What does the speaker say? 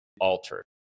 altered